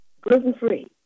Gluten-free